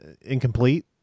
incomplete